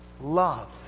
love